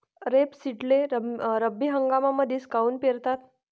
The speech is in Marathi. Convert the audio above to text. रेपसीडले रब्बी हंगामामंदीच काऊन पेरतात?